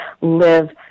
live